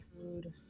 food